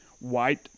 white